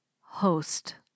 host